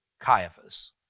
Caiaphas